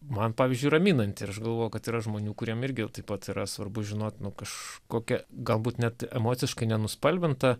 man pavyzdžiui raminanti ir aš galvoju kad yra žmonių kuriem irgi taip pat yra svarbu žinot nu kažkokią galbūt net emociškai nenuspalvintą